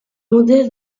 modèle